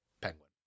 penguin